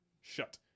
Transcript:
shut